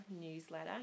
newsletter